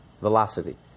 velocity